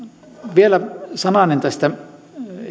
vielä sananen